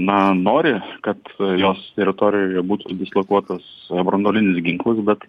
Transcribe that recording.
na nori kad jos teritorijoje būtų dislokuotas branduolinis ginklas bet